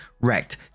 wrecked